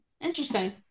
Interesting